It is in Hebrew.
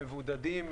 מבודדים,